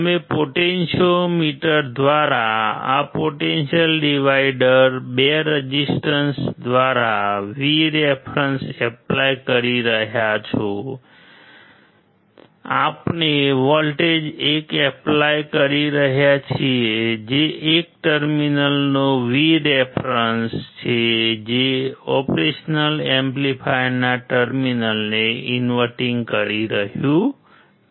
તમે પોટેન્ટીયોમીટર દ્વારા અથવા પોટેન્ટિઅલ ડિવાઇડર છે જે ઓપરેશનલ એમ્પ્લીફાયરના ટર્મિનલને ઇન્વર્ટીંગ કરી રહ્યું છે